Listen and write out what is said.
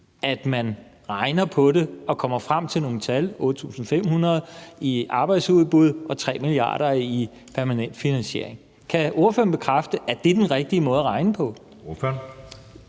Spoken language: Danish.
at man regner på det og kommer frem til nogle tal, nemlig 8.500 i arbejdsudbud og 3 mia. kr. i permanent finansiering. Kan ordføreren bekræfte, at det er den rigtige måde at regne på? Kl.